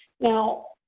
now,